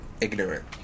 ignorant